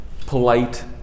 polite